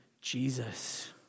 Jesus